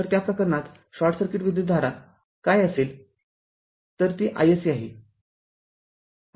तरत्या प्रकरणात short circuit विद्युतधारा काय असेल तरती iSC आहे